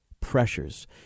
pressures